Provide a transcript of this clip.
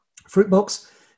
Fruitbox